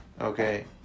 Okay